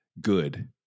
good